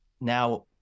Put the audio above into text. now